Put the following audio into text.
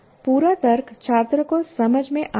पूरा तर्क छात्र को समझ में आता है